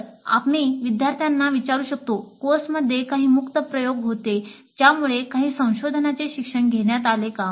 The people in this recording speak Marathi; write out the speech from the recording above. तर आम्ही विद्यार्थ्यांना विचारू शकतो "कोर्समध्ये काही मुक्त प्रयोग होते ज्यामुळे काही संशोधनाचे शिक्षण देण्यात आले का